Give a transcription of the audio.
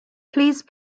please